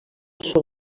són